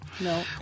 No